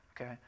okay